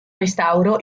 restauro